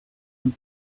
and